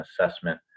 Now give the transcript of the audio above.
assessment